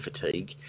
fatigue